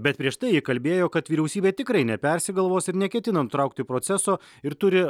bet prieš tai ji kalbėjo kad vyriausybė tikrai nepersigalvos ir neketina nutraukti proceso ir turi